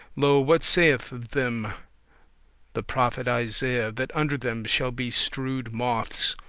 lo, what saith of them the prophet isaiah, that under them shall be strewed moths,